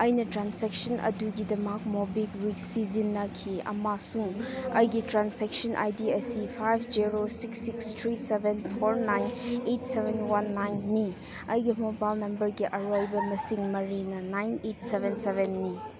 ꯑꯩꯅ ꯇ꯭ꯔꯥꯟꯖꯦꯛꯁꯟ ꯑꯗꯨꯒꯤꯗꯃꯛ ꯃꯣꯕꯤꯛꯋꯤꯛ ꯁꯤꯖꯤꯟꯅꯈꯤ ꯑꯃꯁꯨꯡ ꯑꯩꯒꯤ ꯇ꯭ꯔꯥꯟꯖꯦꯛꯁꯟ ꯑꯥꯏ ꯗꯤ ꯑꯁꯤ five zero six six three seven four nine eight seven one ꯅꯥꯏꯟꯅꯤ ꯑꯩꯒꯤ ꯃꯣꯕꯥꯏꯜ ꯅꯝꯕꯔꯒꯤ ꯑꯔꯣꯏꯕ ꯃꯁꯤꯡ ꯃꯔꯤꯅ ꯅꯥꯏꯟ ꯑꯩꯠ ꯁꯕꯦꯟ ꯁꯕꯦꯟꯅꯤ